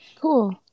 Cool